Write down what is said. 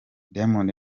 diamond